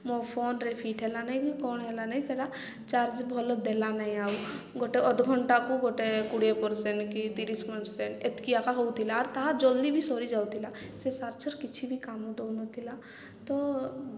ମୋ ଫୋନ୍ରେ ଫିଟ୍ ହେଲାନାହିଁ କି କ'ଣ ହେଲା ନାହିଁ ସେଟା ଚାର୍ଜ ଭଲ ଦେଲ ନାହିଁ ଆଉ ଗୋଟେ ଅଧଘଣ୍ଟାକୁ ଗୋଟେ କୋଡ଼ିଏ ପରସେଣ୍ଟ କି ତିରିଶ ପରସେଣ୍ଟ ଏତିକି ଏକା ହଉଥିଲା ଆର୍ ତାହା ଜଲ୍ଦି ବି ସରିଯାଉଥିଲା ସେ ଚାର୍ଜର କିଛି ବି କାମ ଦେଉନଥିଲା ତ